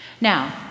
Now